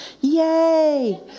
Yay